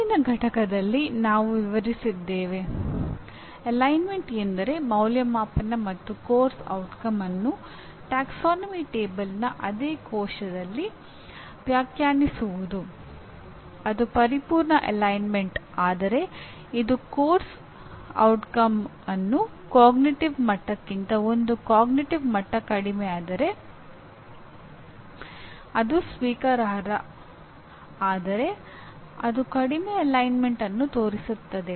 ಹಿಂದಿನ ಘಟಕದಲ್ಲಿ ನಾವು ವಿವರಿಸಿದ್ದೇವೆ ಇರಿಸಿಕೆ ತೋರಿಸುತ್ತದೆ